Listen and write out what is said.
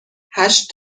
هشت